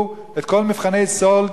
שעברו את כל מבחני סאלד,